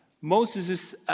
Moses